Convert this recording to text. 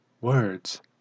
words